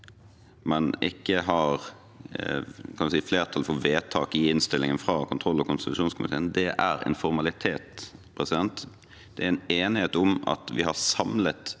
man ikke har flertall for vedtak i innstillingen fra kontroll- og konstitusjonskomiteen. Det er en formalitet. Det er enighet om at vi har samlet tiltakene